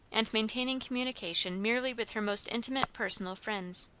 and maintaining communication merely with her most intimate personal friends.